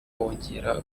wongera